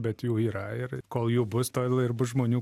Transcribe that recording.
bet jų yra ir kol jų bus tol ir bus žmonių